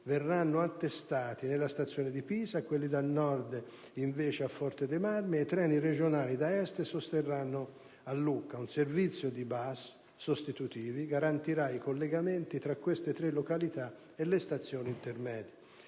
verranno attestati nella stazione di Pisa, quelli da Nord, invece, a Forte dei Marmi e i treni regionali da Est sosteranno a Lucca. Un servizio di bus sostitutivi garantirà i collegamenti tra queste tre località e le stazioni intermedie.